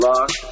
Lock